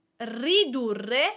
Ridurre